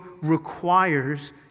requires